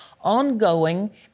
ongoing